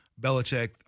Belichick